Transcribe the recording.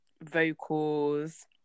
vocals